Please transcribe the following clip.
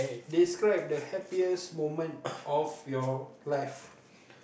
describe the happiest moment of your life